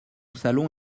salon